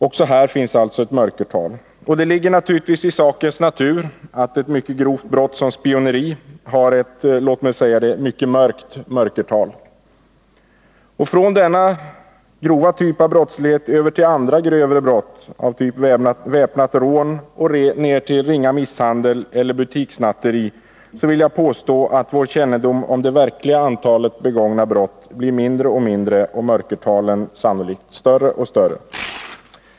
Och det ligger naturligtvis i sakens natur att ett mycket grovt brott som spioneri har ett, låt mig säga så, mycket mörkt mörkertal. När man går från denna grova typ av brottslighet över till andra grövre brott av typ väpnat rån ner till ringa misshandel eller butikssnatteri, vill jag påstå att vår kännedom om det verkliga antalet begångna brott blir mindre och mindre och mörkertalen sannolikt större och större.